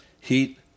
Heat